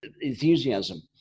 enthusiasm